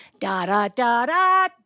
Da-da-da-da